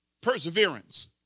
perseverance